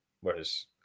Whereas